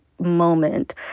moment